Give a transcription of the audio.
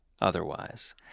otherwise